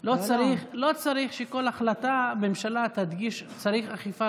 צריך שכל החלטת ממשלה תדגיש: צריך אכיפה,